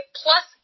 plus